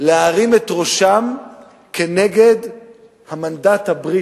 להרים את ראשם כנגד המנדט הבריטי.